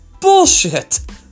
Bullshit